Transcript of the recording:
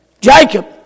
Jacob